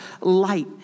light